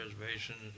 reservations